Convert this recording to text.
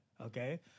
Okay